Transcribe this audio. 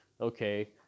okay